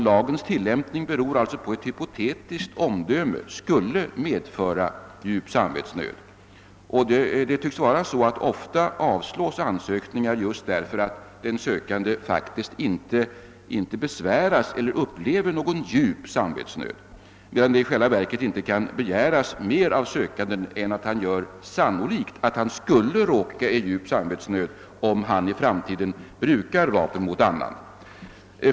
Lagens tillämpning beror alltså på ett hypotetiskt omdöme: »skulle medföra djup samvetsnöd.» Det tycks vara så att ansökningar ofta avslås just därför att sökande inte vid ansökningstillfället besväras av eller upplever någon djup samvetsnöd, medan det i själva verket inte kan begäras mer av sökanden än att han gör sannolikt att han skulle råka i djup samvetsnöd, om han i framtiden brukar vapen mot annan.